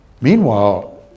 Meanwhile